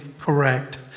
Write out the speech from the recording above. correct